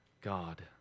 God